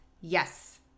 Yes